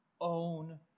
own